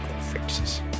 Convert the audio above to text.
fixes